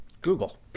google